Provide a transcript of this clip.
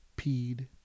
peed